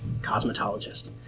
cosmetologist